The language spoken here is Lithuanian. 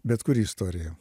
bet kuri istorija